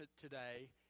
today